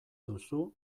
duzu